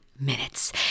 Minutes